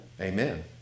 Amen